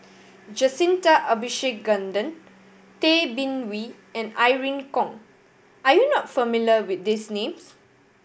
Jacintha Abisheganaden Tay Bin Wee and Irene Khong are you not familiar with these names